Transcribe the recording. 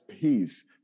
peace